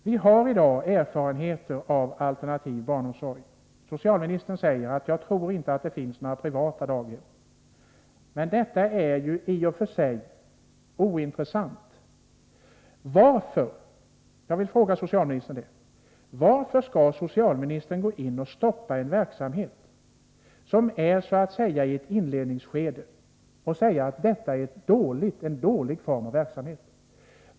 Vi har i dag erfarenheter av alternativ barnomsorg. Socialministern säger i svaret att han inte tror att det finns några privata daghem, men det är i och för sig ointressant. Jag vill fråga socialministern: Varför skall socialministern stoppa en verksamhet som är i ett inledningsskede och säga att det är en dålig form av verksamhet?